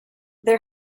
their